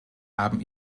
haben